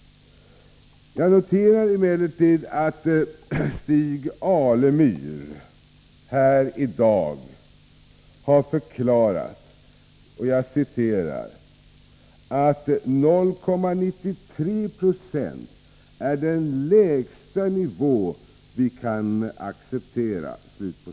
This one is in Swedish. Jag noterade emellertid att Stig Alemyr här i dag förklarade att ”0,93 96 är den lägsta nivå vi kan acceptera”.